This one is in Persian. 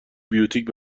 بیوتیک